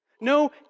no